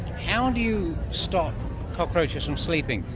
how do you stop cockroaches from sleeping?